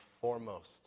foremost